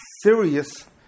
serious